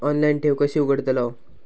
Online ठेव कशी उघडतलाव?